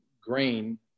grain